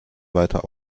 weiter